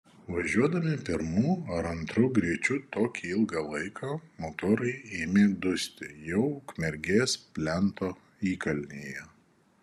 važiuodami pirmu ar antru greičiu tokį ilgą laiką motorai ėmė dusti jau ukmergės plento įkalnėje